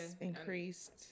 increased